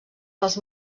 dels